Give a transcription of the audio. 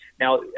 Now